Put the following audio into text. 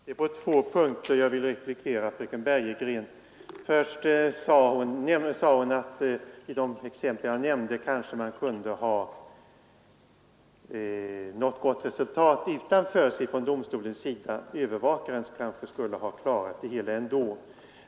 Herr talman! Jag vill replikera fröken Bergegren på två punkter. Till att börja med sade hon att man i de exempel jag nämnde kanske kunde ha nått gott resultat utan föreskrift från domstolens sida och att övervakaren kanske skulle ha klarat det hela ändå.